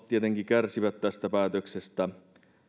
tietenkin kärsivät tästä päätöksestä